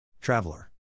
Traveler